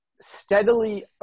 steadily